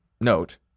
note